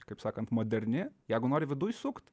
kaip sakant moderni jeigu nori viduj sukt